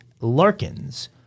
Larkins